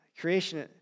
Creation